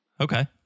Okay